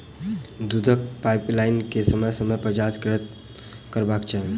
दूधक पाइपलाइन के समय समय पर जाँच करैत रहबाक चाही